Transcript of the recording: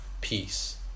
peace